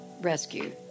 rescue